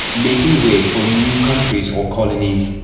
making way for new countries or colonies.